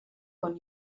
con